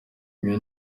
uyu